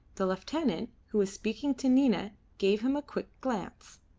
the lieutenant, who was speaking to nina, gave him a quick glance.